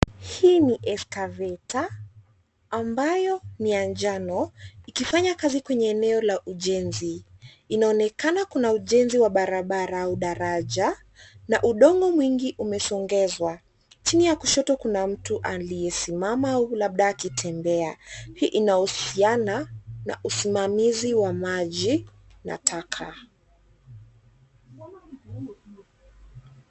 Hii ni escavator ambayo ni ya njano ikifanya kazi kwenye eneo la ujenzi. Inaonekana kuna ujenzi wa barabara au daraja na udongo mwingi umesongezwa. Chini ya kushoto kuna mtu aliyesimama labda akitembea. Hii inahusiana na usimamizi wa maji la taka.